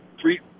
three